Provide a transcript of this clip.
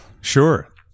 Sure